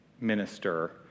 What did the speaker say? minister